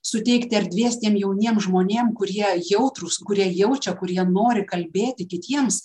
suteikti erdvės tiem jauniem žmonėm kurie jautrūs kurie jaučia kurie nori kalbėti kitiems